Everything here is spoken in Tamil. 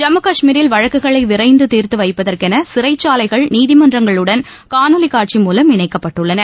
ஜம்மு கஷ்மீரில் வழக்குகளை விரைவாக தீர்த்து வைப்பதற்கென சிறைச்சாலைகள் நீதிமன்றங்களுடன் காணொலி காட்சி மூலம் இணைக்கப்பட்டுள்ளன